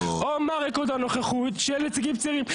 או מה רקורד הנוכחות של נציגים צעירים?